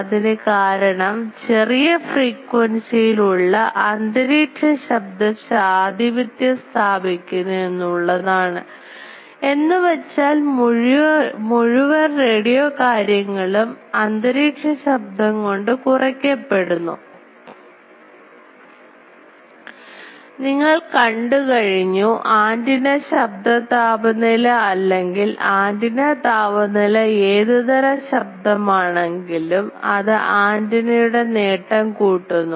അതിനു കാരണം ചെറിയ ഫ്രീക്വൻസിയിൽ ഉള്ള അന്തരീക്ഷ ശബ്ദം ആധിപത്യം സ്ഥാപിക്കുന്നു എന്നുള്ളതാണ് എന്നുവെച്ചാൽ മുഴുവൻ റേഡിയോ കാര്യങ്ങളും അന്തരീക്ഷ ശബ്ദം കൊണ്ട് കുറയ്ക്ക് പ്പെടുന്നു നിങ്ങൾ കണ്ടുകഴിഞ്ഞു ആൻറിന ശബ്ദ താപനില അല്ലെങ്കിൽ ആൻറിന താപനില ഏതുതരം ശബ്ദം ആണെങ്കിലും അത് ആൻറിയുടെ നേട്ടം കൂട്ടുന്നു